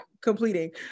completing